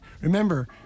Remember